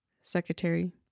Secretary